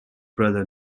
brother